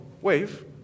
wave